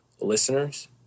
listeners